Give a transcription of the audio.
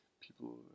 people